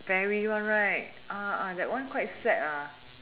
ferry one right that one quite sad